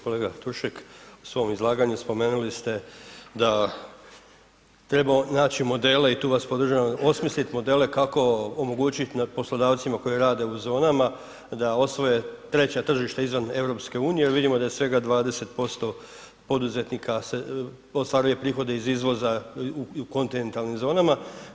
Kolega Tušek, u svom izlaganju spomenuli ste da treba naći modele i tu vas podržavam, osmisliti modele kako omogućiti poslodavcima koji rade u zonama da osvoje treća tržišta izvan EU jer vidimo da je svega 20% poduzetnika se, ostvaruje prihode iz izvoza i u kontinentalnim zonama.